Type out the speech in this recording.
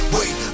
Wait